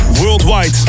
worldwide